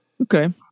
okay